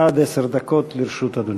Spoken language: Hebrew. עד עשר דקות לרשות אדוני.